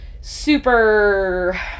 super